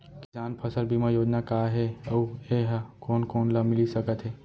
किसान फसल बीमा योजना का हे अऊ ए हा कोन कोन ला मिलिस सकत हे?